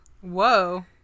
Whoa